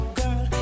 girl